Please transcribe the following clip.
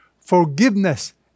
Forgiveness